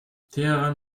teheran